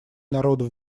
народов